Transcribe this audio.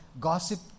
Gossip